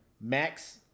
Max